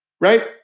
Right